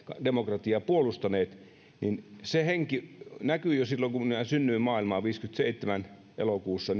demokratiaa puolustaneet niin se henki näkyi jo silloin kun minä synnyin maailmaan elokuussa